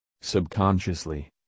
Subconsciously